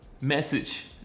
message